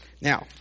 Now